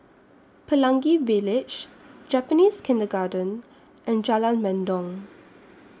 Pelangi Village Japanese Kindergarten and Jalan Mendong